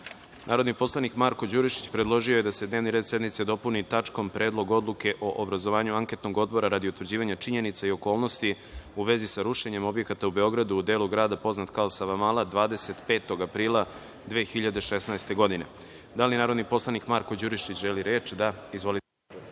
predlog. Narodni poslanik Marko Đurišić predložio je da se dnevni red sednice dopuni tačkom – Predlog odluke o obrazovanju anketnog odbora radi utvrđivanja činjenica i okolnosti u vezi sa rušenjem objekata u Beogradu u delu grada poznat kao Savamala 25. aprila 2016. godine. Da li narodni poslanik Marko Đurišić želi reč?